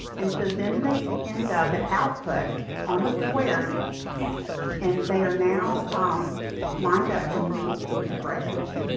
and so then they end up at output on the squares and they are now um lined up from least to greatest.